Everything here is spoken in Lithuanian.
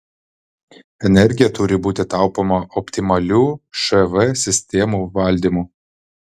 energija turi būti taupoma optimaliu šv sistemų valdymu